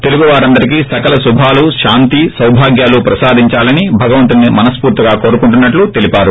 తెలుగు వారందరికి సకల శుభాలు శాంతి సౌభాగ్యాలు ప్రసాదించాలని భగవంతుడిని మనస్ఫూర్షిగా కోరుకుంటున్నట్లు తెలిపారు